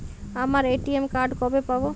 আমার ATM card কবে পাব?